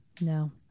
No